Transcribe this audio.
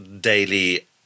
daily